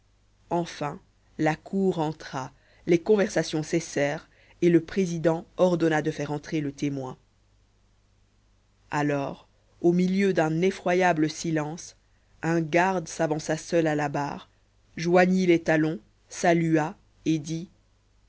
enfin la cour entra les conversations cessèrent et le président ordonna de faire entrer le témoin alors au milieu d'un effrayant silence un garde s'avança seul à la barre joignit les talons salua et dit